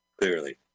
Clearly